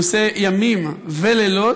הוא עושה ימים ולילות,